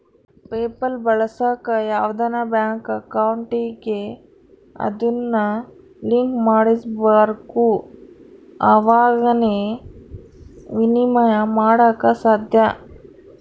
PayPal ಬಳಸಾಕ ಯಾವ್ದನ bank ಅಕೌಂಟಿಗೆ ಅದುನ್ನ ಲಿಂಕ್ ಮಾಡಿರ್ಬಕು ಅವಾಗೆ ಃನ ವಿನಿಮಯ ಮಾಡಾಕ ಸಾದ್ಯ